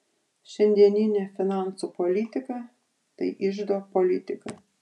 šiandieninė finansų politika tai iždo politika